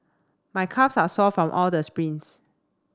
my calves are sore from all the sprints